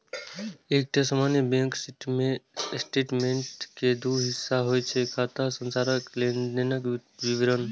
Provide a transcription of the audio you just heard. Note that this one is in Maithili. एकटा सामान्य बैंक स्टेटमेंट के दू हिस्सा होइ छै, खाता सारांश आ लेनदेनक विवरण